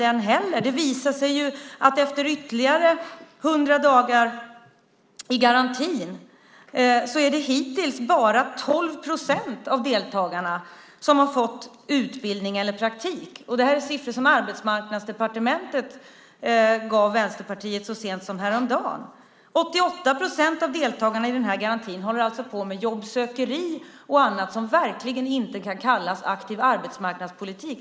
Det visar sig att det efter ytterligare 100 dagar i garantin hittills bara är 12 procent av deltagarna som har fått utbildning eller praktik. Det här är siffror som Arbetsmarknadsdepartementet gav Vänsterpartiet så sent som häromdagen. 88 procent av deltagarna i den här garantin håller alltså på med jobbsökeri och annat som verkligen inte kan kallas aktiv arbetsmarknadspolitik.